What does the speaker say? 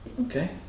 Okay